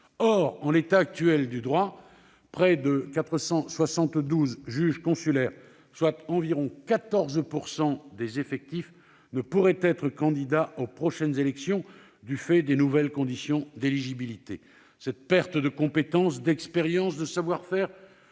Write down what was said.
Or, en l'état actuel du droit, près de 472 juges consulaires, soit environ 14 % des effectifs, ne pourraient être candidats aux prochaines élections du fait des nouvelles conditions d'éligibilité. Une telle perte de compétence, d'expérience et de savoir-faire